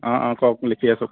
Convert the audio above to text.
অঁ অঁ কওক লিখি আছোঁ